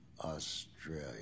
Australia